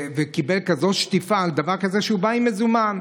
וקיבל כזו שטיפה על דבר כזה שהוא בא עם מזומן.